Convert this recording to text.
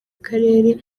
akarere